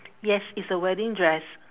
yes it's a wedding dress